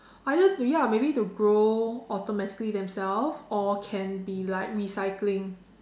I guess ya maybe to grow automatically themselves or can be like recycling